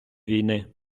війни